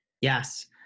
yes